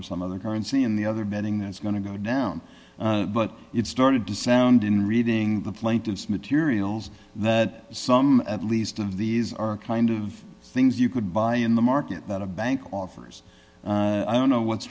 or some other currency in the other betting that is going to go down but it started to sound in reading the plaintiff's materials that some at least of these are kind of things you could buy in the market that a bank offers i don't know what's